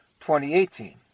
2018